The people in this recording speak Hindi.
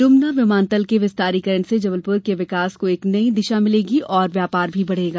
डुमना विमानतल के विस्तारीकरण से जबलपुर के विकास को एक नई दिशा मिलेगी और व्यापार भी बढ़ेगा